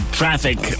traffic